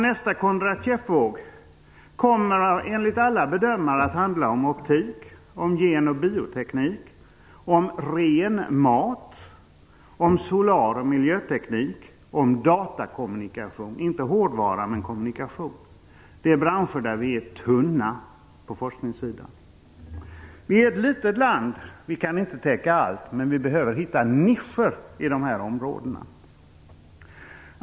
Nästa Kondratiev-våg kommer enligt alla bedömare att handla om optik, om gen och bioteknik, om ren mat, om solar och miljöteknik, om datakommunikation - inte hårdvara men kommunikation. Detta är branscher där vi i dag är tunna på forskningssidan. Vi är ett litet land, och vi kan inte täcka allt, men vi behöver hitta nischer på de här områdena.